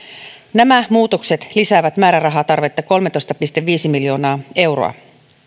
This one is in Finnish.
nämä muutokset lisäävät määrärahatarvetta kolmetoista pilkku viisi miljoonaa euroa